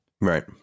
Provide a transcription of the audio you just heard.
right